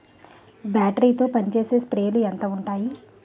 Battery తో పనిచేసే స్ప్రేలు ఎంత ఉంటాయి?